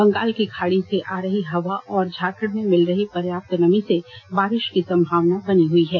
बंगाल की खाड़ी से आ रही हवा और झारखंड में मिल रही पर्याप्त नमी से बारिष की संभावना बनी हुई है